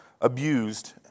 abused